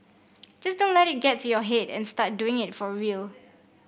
just don't let it get to your head and start doing it for real